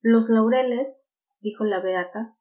los laureles dijo la beata